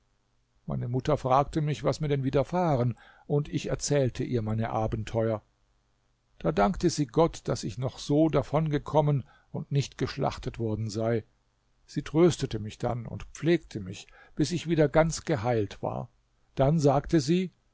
meine mutter fragte mich was mir denn widerfahren und ich erzählte ihr meine abenteuer da dankte sie gott daß ich noch so davon gekommen und nicht geschlachtet worden sei sie tröstete mich dann und pflegte mich bis ich wieder ganz geheilt war dann sagte sie